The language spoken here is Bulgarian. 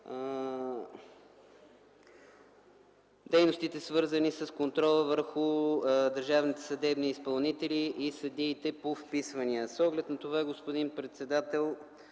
дейностите, свързани с контрола върху държавните съдебни изпълнители и съдиите по вписвания. С оглед на това, господин председател,